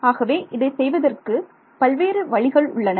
ஆகவே இதை செய்வதற்கு பல்வேறு வழிகள் உள்ளன